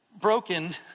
broken